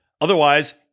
Otherwise